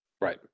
Right